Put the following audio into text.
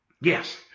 yes